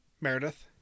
Meredith